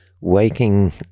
waking